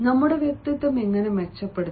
നമ്മുടെ വ്യക്തിത്വം എങ്ങനെ മെച്ചപ്പെടുത്താം